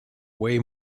way